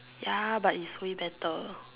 ya but is way better